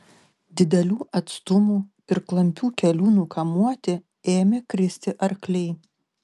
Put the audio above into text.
didelių atstumų ir klampių kelių nukamuoti ėmė kristi arkliai